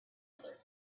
other